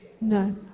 no